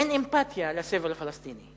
אין אמפתיה לסבל של הפלסטיני.